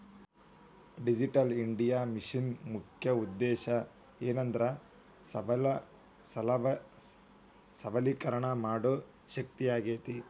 digital India ಮಿಷನ್ನ ಮುಖ್ಯ ಉದ್ದೇಶ ಏನೆಂದ್ರ ಸಬಲೇಕರಣ ಮಾಡೋ ಶಕ್ತಿಯಾಗೇತಿ